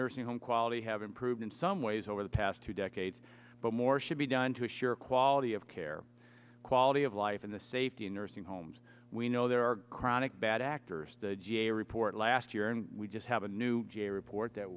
nursing home quality have improved in some ways over the past two decades but more should be done to assure quality of care quality of life and the safety in nursing homes we know there are chronic bad actors a report last year and we just have a new report that